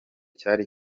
cyari